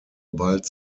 bald